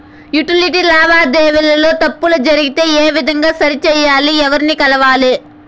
Utility లావాదేవీల లో తప్పులు జరిగితే ఏ విధంగా సరిచెయ్యాలి? ఎవర్ని కలవాలి?